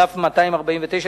כ/249,